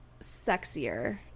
sexier